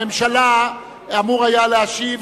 הממשלה, אמור היה להשיב